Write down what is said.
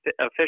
official